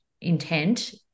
intent